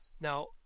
Now